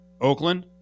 Oakland